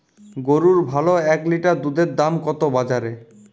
গরুর ভালো এক লিটার দুধের দাম কত বাজারে?